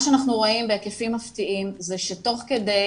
מה שאנחנו רואים בהיקפים מפתיעים זה שתוך כדי